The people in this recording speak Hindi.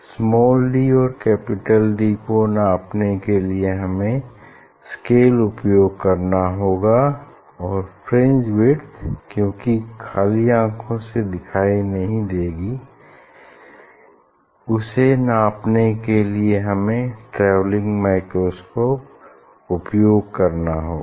स्माल डी और कैपिटल डी को नापने के लिए हमें स्केल उपयोग करना होगा और फ्रिंज विड्थ क्यूंकि खाली आँखों से दिखाई नहीं देती उसे नापने के लिए हमें ट्रैवेलिंग माइक्रोस्कोप उपयोग करना होगा